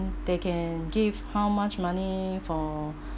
they can give how much money for